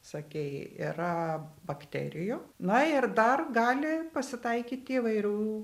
sakei yra bakterijų na ir dar gali pasitaikyti įvairių